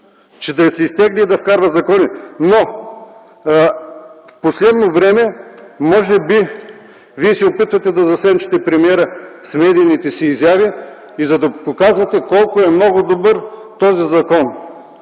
че да си изтегля и да вкарва законите? В последно време, може би, Вие се опитате да засенчите премиера с медийните си изяви, за да показвате колко много е добър този закон.